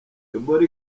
ebola